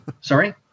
sorry